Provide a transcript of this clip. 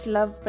Love